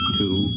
two